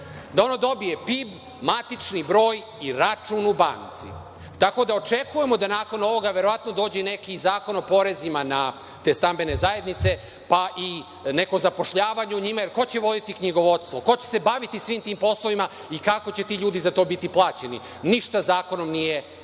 da ono dobije PIB, matični broj i račun u banci. Tako da očekujemo da nakon ovoga verovatno dođe i neki zakon o porezima na te stambene zajednice, pa i neko zapošljavanje u njima, jer ko će voditi knjigovodstvo, ko će se baviti svim tim poslovima i kako će ti ljudi za to biti plaćeni? Ništa zakonom nije